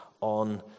on